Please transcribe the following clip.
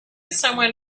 someone